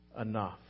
enough